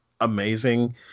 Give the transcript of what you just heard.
amazing